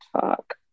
talk